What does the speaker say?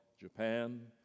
Japan